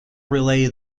relay